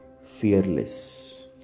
fearless